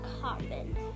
common